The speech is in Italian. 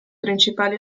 principali